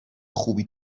خوبی